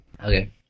Okay